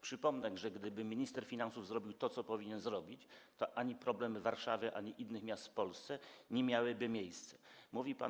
Przypomnę, że gdyby minister finansów zrobił to, co powinien zrobić, to problemy ani Warszawy, ani innych miast w Polsce nie miałyby miejsca.